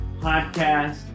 podcast